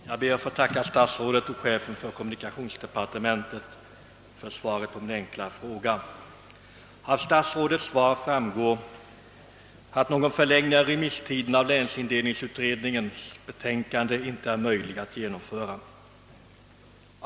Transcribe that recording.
Herr talman! Jag ber att få tacka statsrådet och chefen för kommunikationsdepartementet för svaret på min fråga. Av statsrådets svar framgår att någon förlängning av remisstiden för länsindelningsutredningens betänkande inte är möjlig att genomföra.